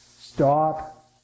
stop